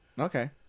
Okay